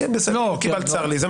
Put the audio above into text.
לא קיבלת, צר לי.